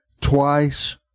twice